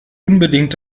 unbedingt